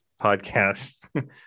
podcast